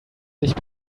sich